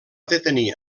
detenir